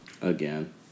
Again